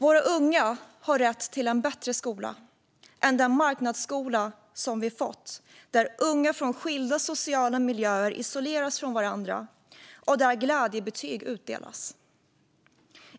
Våra unga har rätt till en bättre skola än den marknadsskola som vi har fått, där unga från skilda sociala miljöer isoleras från varandra och där glädjebetyg utdelas.